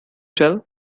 tell